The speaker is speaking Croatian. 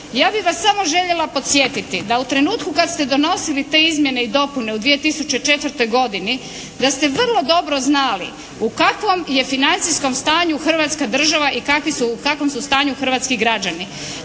Ja bih vas samo željela podsjetiti da u trenutku kada ste donosili te izmjene i dopune u 2004. godini da ste vrlo dobro znali u kakvom je financijskom stanju Hrvatska država i u kakvom su stanju hrvatski građani.